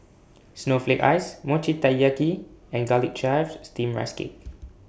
Snowflake Ice Mochi Taiyaki and Garlic Chives Steamed Rice Cake